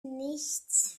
nichts